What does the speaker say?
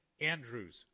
Andrew's